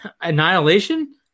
Annihilation